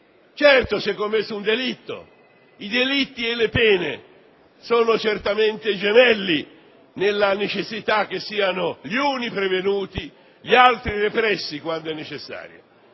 Certo, si è commesso un delitto. I delitti e le pene sono certamente gemelli nella necessità che siano gli uni prevenuti e gli altri repressi, quando è necessario.